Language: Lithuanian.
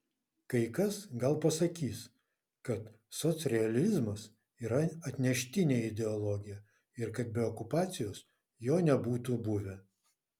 kai kas gal pasakys kad socrealizmas yra atneštinė ideologija ir kad be okupacijos jo nebūtų buvę